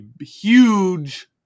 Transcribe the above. huge